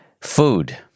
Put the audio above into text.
Food